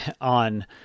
on